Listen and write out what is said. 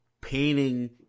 painting